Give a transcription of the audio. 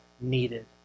needed